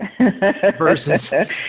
Versus